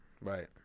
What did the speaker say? Right